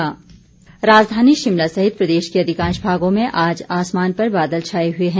मौसम राजधानी शिमला सहित प्रदेश के अधिकांश भागों में आज आसमान पर बादल छाए हुए हैं